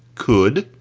could,